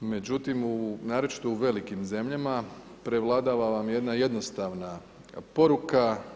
Međutim naročito u velikim zemljama prevladava vam jedna jednostavna poruka.